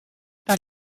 par